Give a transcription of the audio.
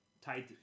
Tied